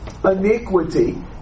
iniquity